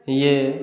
यह